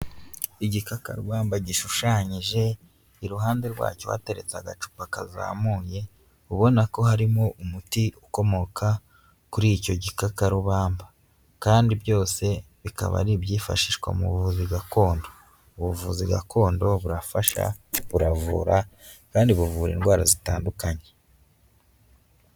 Igikakarubamba gishushanyije, iruhande rwacyo hateretse agacupa kazamuye, ubona ko harimo umuti ukomoka kuri icyo gikakarubamba. Kandi byose bikaba ari ibyifashishwa mu buvuzi gakondo. Ubuvuzi gakondo burafasha, buravura kandi buvura indwara zitandukanye.